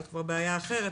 זאת כבר בעיה אחרת,